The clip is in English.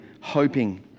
hoping